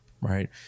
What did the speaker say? right